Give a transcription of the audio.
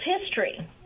history